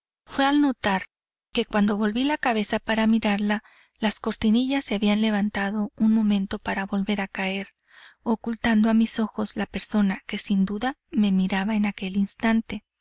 fue al notar que cuando volví la cabeza para mirarla las cortinillas se habían levantado un momento para volver a caer ocultando a mis ojos la persona que sin duda me miraba en aquel instante